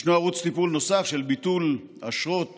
יש ערוץ טיפול נוסף, של ביטול אשרות